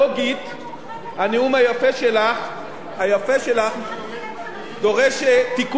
הנאום היפה שלך דורש תיקון מבחינה לוגית.